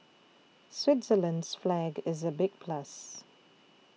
Switzerland's flag is a big plus